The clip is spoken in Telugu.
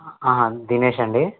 దినేష్ అండి